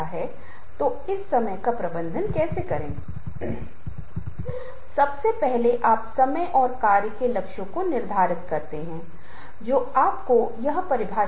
प्रस्तुति के कुछ घटक होते हैं और प्रस्तुति देने से पहले ही जब आप तैयारी कर रहे होते हैं तो आपको उनकी देखभाल करने की आवश्यकता होती है जैसे परिचय बाकी प्रस्तुति और फिर निष्कर्ष